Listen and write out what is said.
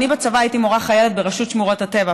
אני בצבא הייתי מורה חיילת ברשות שמורות הטבע,